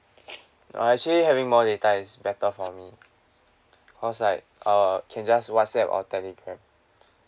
ah actually having more data is better for me because like err can just WhatAapp or Telegram